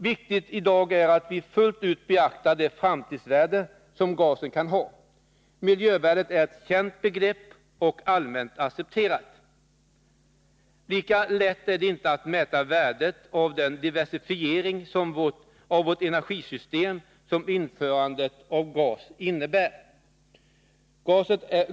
Viktigt i dag är att vi fullt ut beaktar det framtidsvärde som gasen kan ha. Miljövärdet är ett känt begrepp och allmänt accepterat. Lika lätt är det inte att mäta värdet av den diversifiering av vårt energisystem som införandet av gas innebär.